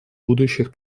будущих